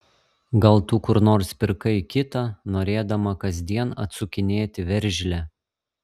gal tu kur nors pirkai kitą norėdama kasdien atsukinėti veržlę